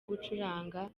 gucuranga